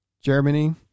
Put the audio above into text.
Germany